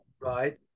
right